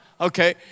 Okay